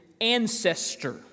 ancestor